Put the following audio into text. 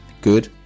good